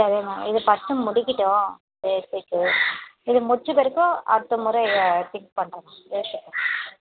சரி மேம் இது ஃபஸ்ட்டு முடிக்கட்டும் பேஸிக்கு இது முடித்த பிறகு அடுத்த முறை திங்க் பண்ணுவோம் யோசிப்போம்